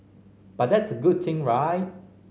but that's a good thing right